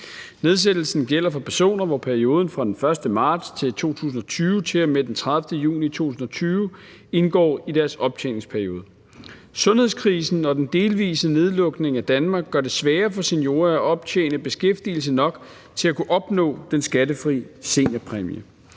Nedsættelsen gælder for personer, hvor perioden fra den 1. marts 2020 til og med den 30. juni 2020 indgår i deres optjeningsperiode. Sundhedskrisen og den delvise nedlukning af Danmark gør det sværere for seniorer at optjene beskæftigelse nok til at kunne opnå den skattefri seniorpræmie.